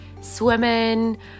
swimming